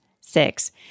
six